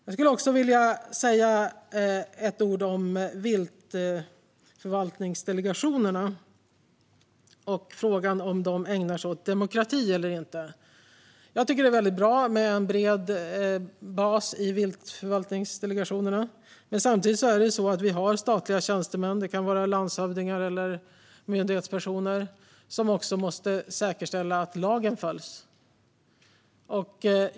Jag skulle också vilja säga ett par ord om viltförvaltningsdelegationerna och frågan om huruvida de ägnar sig åt demokrati eller inte. Jag tycker att det är bra med en bred bas i viltförvaltningsdelegationerna. Men samtidigt har vi ju statliga tjänstemän - det kan vara landshövdingar eller myndighetspersoner - som också måste säkerställa att lagen följs.